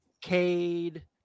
Cade